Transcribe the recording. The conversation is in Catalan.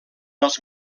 els